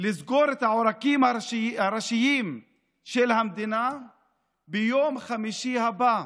לסגור את העורקים הראשיים של המדינה ביום חמישי הבא.